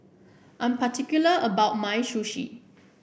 I am particular about my Sushi